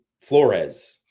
flores